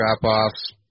drop-offs